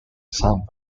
sunk